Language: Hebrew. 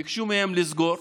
ביקשו מהם לסגור,